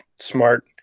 smart